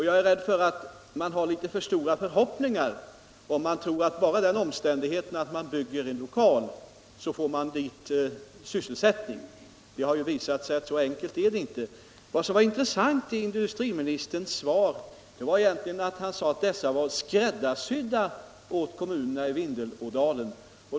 Jag är rädd för att man har litet för stora förhoppningar om man tror alt bara den omständigheten att det byggs en lokal innebär att man får dit sysselsättning. Det har visat sig att så enkelt är det inte. Det intressanta i industriministerns svar var egentligen att han sade att dessa lokaler var skräddarsydda åt kommunerna i Vindelådalen.